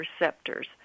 receptors